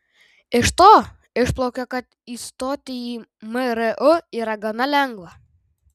iš to išplaukia kad įstoti į mru yra gana lengva